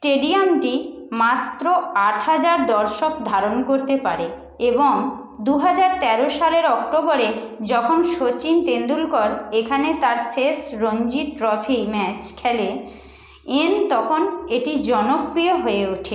স্টেডিয়ামটি মাত্র আট হাজার দর্শক ধারন করতে পারে এবং দু হাজার তেরো সালের অক্টোবরে যখন শচীন তেন্দুলকর এখানে তাঁর শেষ রঞ্জি ট্রফি ম্যাচ খেলে তখন এটি জনপ্রিয় হয়ে ওঠে